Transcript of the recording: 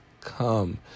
come